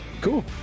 cool